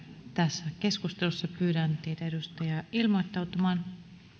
tässä keskustelussa pyydän teitä edustajia ilmoittautumaan